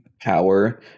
power